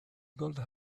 gold